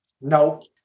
No